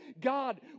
God